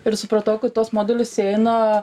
ir supratau kad į tuos modulius įeina